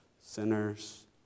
sinners